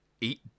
eat